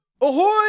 ahoy